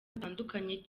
butandukanye